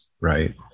right